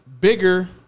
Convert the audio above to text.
bigger